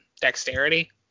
dexterity